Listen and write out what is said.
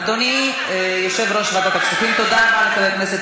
חבר הכנסת